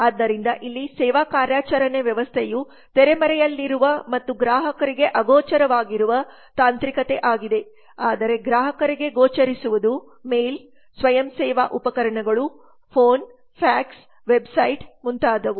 ಆದ್ದರಿಂದ ಇಲ್ಲಿ ಸೇವಾ ಕಾರ್ಯಾಚರಣೆ ವ್ಯವಸ್ಥೆಯು ತೆರೆಮರೆಯಲ್ಲಿರುವ ಮತ್ತು ಗ್ರಾಹಕರಿಗೆ ಅಗೋಚರವಾಗಿರುವ ತಾಂತ್ರಿಕತೆ ಆಗಿದೆ ಆದರೆ ಗ್ರಾಹಕರಿಗೆ ಗೋಚರಿಸುವುದು ಮೇಲ್ ಸ್ವಯಂ ಸೇವಾ ಉಪಕರಣಗಳು ಫೋನ್ ಫ್ಯಾಕ್ಸ್ ವೆಬ್ಸೈಟ್ ಮುಂತಾದವು